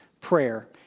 prayer